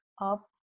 up